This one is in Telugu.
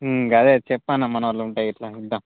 అదే చెప్పన్నా మనోళ్ళు ఉంటే ఇట్లా ఇద్దాం